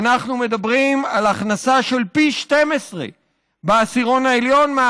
אנחנו מדברים על הכנסה בעשירות העליון של